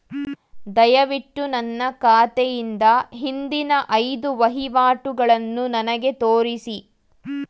ದಯವಿಟ್ಟು ನನ್ನ ಖಾತೆಯಿಂದ ಹಿಂದಿನ ಐದು ವಹಿವಾಟುಗಳನ್ನು ನನಗೆ ತೋರಿಸಿ